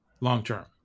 long-term